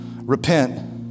repent